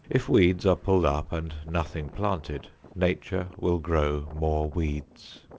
if weeds are pulled up and nothing planted nature will grow more weeds.